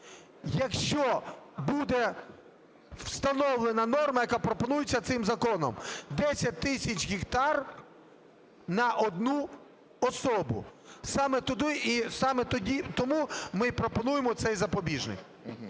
якщо буде встановлена норма, яка пропонується цим законом, 10 тисяч гектар на 1 особу. Саме тому ми і пропонуємо цей запобіжник.